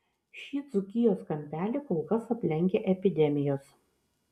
šį dzūkijos kampelį kol kas aplenkia epidemijos